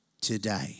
today